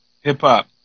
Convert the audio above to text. Hip-hop